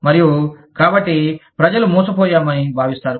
మరియు కాబట్టి ప్రజలు మోసపోయామని భావిస్తారు